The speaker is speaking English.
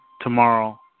tomorrow